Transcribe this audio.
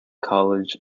college